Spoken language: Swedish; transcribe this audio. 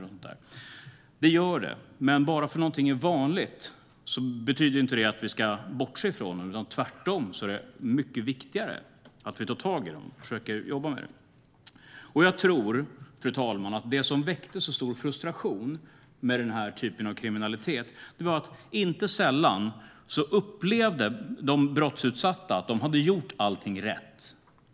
Och det gör det, men bara för att någonting är vanligt betyder det inte att vi ska bortse från det. Tvärtom är det så mycket viktigare att vi tar tag i det och försöker jobba med det. Jag tror, fru talman, att det som väckte så stor frustration när det gäller den här typen av kriminalitet var att de brottsutsatta inte sällan upplevde att de hade gjort allting rätt.